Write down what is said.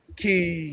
key